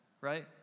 right